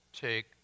take